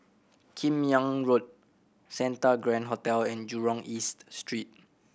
Kim Yam Road Santa Grand Hotel and Jurong East Street